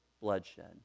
bloodshed